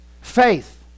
Faith